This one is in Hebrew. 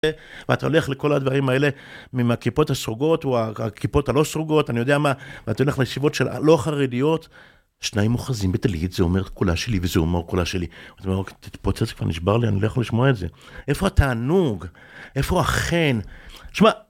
ואתה הולך לכל הדברים האלה, מהכיפות הסרוגות או הכיפות הלא סרוגות, אני יודע מה, ואתה הולך לישיבות של הלא חרדיות, שניים אוחזין בטלית, זה אומר את כולה שלי וזה אומר כולה שלי. אתה אומר, תתפוצץ כבר נשבר לי, אני לא יכול לשמוע את זה. איפה התענוג? איפה החן? שמע..